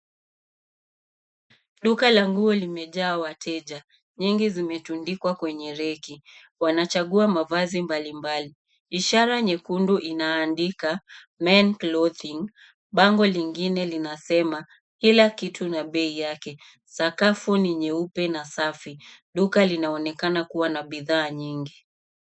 Duka la nguo limejaa wateja, nyingi zimetundikwa kwenye reki. Wanachagua mavazi mbalimbali, ishara nyekundu inaandika men clothing bango lingine linasema kila kitu na bei yake. Safi ni nyeupe na safi, duka linaonekana kuwa na bidhaa nyingi.